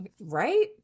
Right